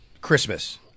Christmas